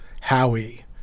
Howie